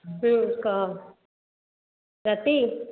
କହ ରାତି